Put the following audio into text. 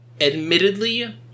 Admittedly